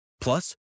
Plus